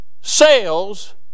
sales